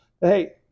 hey